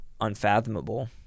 unfathomable